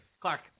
Clark